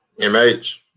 MH